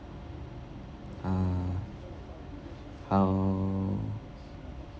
uh how